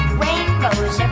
rainbows